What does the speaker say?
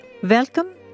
Welcome